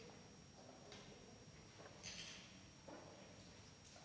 Tak